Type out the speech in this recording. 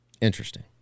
Interesting